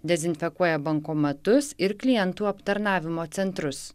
dezinfekuoja bankomatus ir klientų aptarnavimo centrus